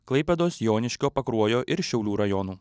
klaipėdos joniškio pakruojo ir šiaulių rajonų